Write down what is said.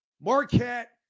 Marquette